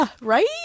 right